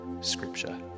scripture